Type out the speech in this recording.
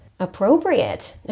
appropriate